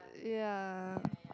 uh yeah